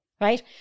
Right